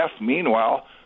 meanwhile